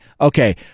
Okay